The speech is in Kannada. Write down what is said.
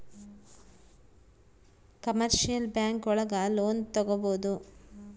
ಕಮರ್ಶಿಯಲ್ ಬ್ಯಾಂಕ್ ಒಳಗ ಲೋನ್ ತಗೊಬೋದು